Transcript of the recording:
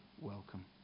welcome